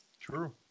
True